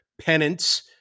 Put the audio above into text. penance